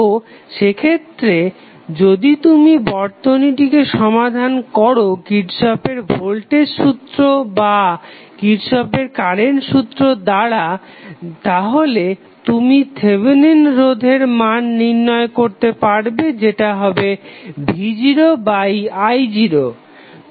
তো সেক্ষেত্রে যদি তুমি বর্তনীটিকে সমাধান করো কিরর্শফের ভোল্টেজ সূত্র বা কিরর্শফের কারেন্ট সূত্র দ্বারা দ্বারা তাহলে তুমি থেভেনিন রোধের মান নির্ণয় করতে পারবে যেটা হবে v0i0